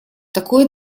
такое